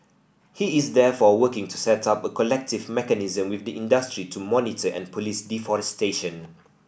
he is therefore working to set up a collective mechanism with the industry to monitor and police deforestation